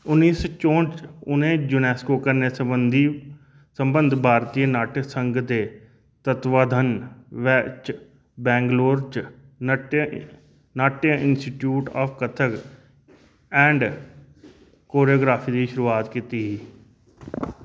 उन्नी सौ चौंह्ट च उ'नें यूनेस्को कन्नै संबद्धी संबद्ध भारती नाट्य संघ दे तत्वाधन बै च बैंगलोर च नटय Natya institute of Kathak and choreography दी शुरुआत कीती ही